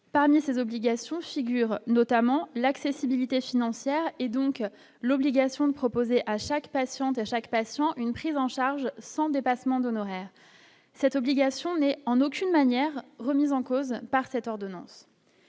parmi ses obligations figurent notamment l'accessibilité financière et donc l'obligation de proposer à chaque patient de chaque patient, une prise en charge, sans dépassement d'honoraires, cette obligation n'est en aucune manière, remise en cause par cette ordonnance.